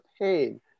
pain